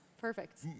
perfect